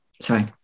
Sorry